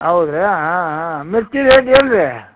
ಹೌದ್ರಾ ಹಾಂ ಹಾಂ ಮಿರ್ಚಿ ರೇಟ್ ಏನು ರಿ